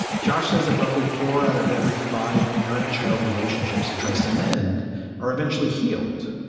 josh says that roughly four out of every five parent child relationships he tries to mend are eventually healed.